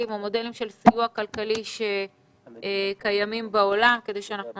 או מודלים של סיוע כלכלי שקיימים בעולם כדי שאנחנו